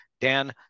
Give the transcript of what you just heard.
Dan